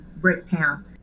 Bricktown